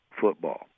football